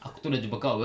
aku tu dah jumpa kau [pe]